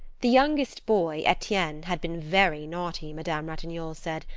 the youngest boy, etienne, had been very naughty, madame ratignolle said,